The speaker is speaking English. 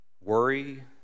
worry